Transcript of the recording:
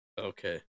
Okay